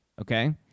okay